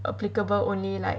applicable only like